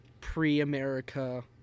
pre-America